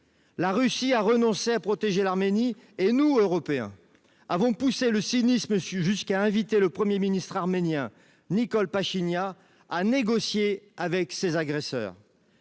La Russie a renoncé à protéger l’Arménie et nous, Européens, avons poussé le cynisme jusqu’à inviter le Premier ministre arménien, Nikol Pachinian, à négocier avec ses agresseurs.